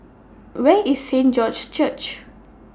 Where IS Saint George's Church